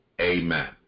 Amen